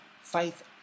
faith